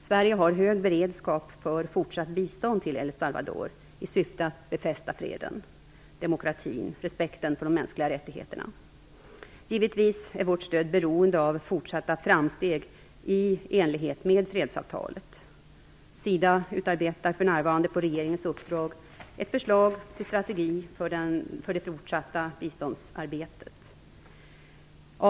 Sverige har hög beredskap för fortsatt bistånd till El Salvador i syfte att befästa freden, demokratin och respekten för de mänskliga rättigheterna. Givetvis är vårt stöd beroende av fortsatta framsteg i enlighet med fredsavtalet. SIDA utarbetar för närvarande på regeringens uppdrag ett förslag till strategi för det fortsatta biståndsarbetet.